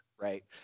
right